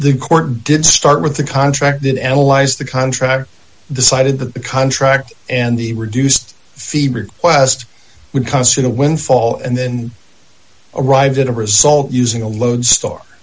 the court did start with the contract that analyzed the contract decided that the contract and the reduced fee request would constitute a windfall and then arrive at a result using a lodestar